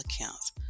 accounts